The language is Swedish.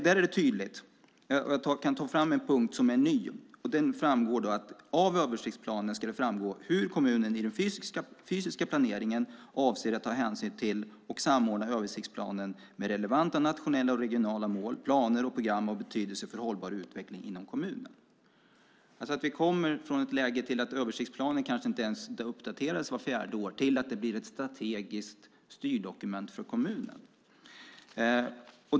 Det är tydligt där. Jag kan ta fram en punkt som är ny, och där framgår att det av översiktsplanen ska framgå hur kommunen i den fysiska planeringen avser att ta hänsyn till och samordna översiktsplanen med relevanta, nationella och regionala mål, planer och program av betydelse för hållbar utveckling inom kommunen. Jag tror att vi kommer från ett läge där översiktsplanen kanske inte ens uppdaterades vart fjärde år till att den blir ett strategiskt styrdokument för kommunen.